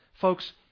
Folks